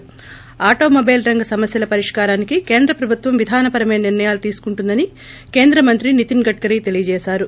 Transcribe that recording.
ి ఆటోమొబైల్ రంగ సమస్వల పరిష్కారానికి కేంద్ర ప్రభుత్వం విధాన పరమైన నిర్లయాలు తీసుకుంటుందని కేంద్ర మంత్రి నితిన్ గడ్కరీ తెలియజేశారు